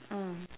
mm